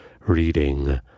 reading